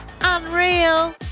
Unreal